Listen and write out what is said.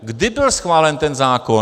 Kdy byl schválen ten zákon?